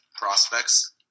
prospects